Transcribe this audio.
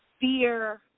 Fear